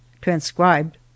Transcribed